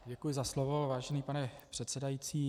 Děkuji za slovo, vážený pane předsedající.